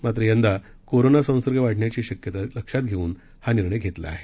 मात्र यंदा कोरोना संसर्ग वाढण्याची शक्यता लक्षात घेऊन हा निर्णय घेतला आहे